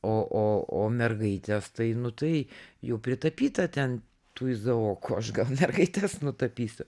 o o o mergaitės tai nu tai jau pritapyta ten tų izaokų aš gal mergaites nutapysiu